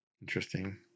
Interesting